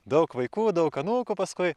daug vaikų daug anūkų paskui